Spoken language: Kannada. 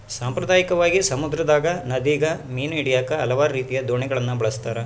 ಸಾಂಪ್ರದಾಯಿಕವಾಗಿ, ಸಮುದ್ರದಗ, ನದಿಗ ಮೀನು ಹಿಡಿಯಾಕ ಹಲವಾರು ರೀತಿಯ ದೋಣಿಗಳನ್ನ ಬಳಸ್ತಾರ